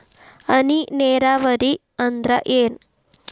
ಹನಿ ನೇರಾವರಿ ಅಂದ್ರ ಏನ್?